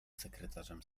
sekretarzem